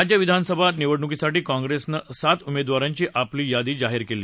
राज्य विधानसभा निवडणुकीसाठी काँग्रेसनं पाच उमेदवारांची आपली शेवटची यादी आज जाहीर केली